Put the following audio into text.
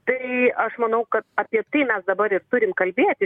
tai aš manau kad apie tai mes dabar ir turime kalbėti